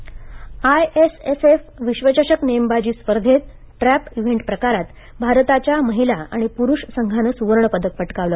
नेमबाजी आयएसएसएफ विश्वचषक नेमबाजी स्पर्धेत ट्रॅप इव्हेंट प्रकारांत भारताच्या महिला आणि पुरुष संघानं सुवर्ण पदक पटकावलं